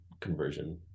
conversion